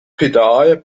pedal